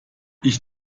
ich